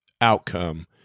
outcome